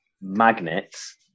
magnets